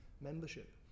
membership